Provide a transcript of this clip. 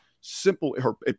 simple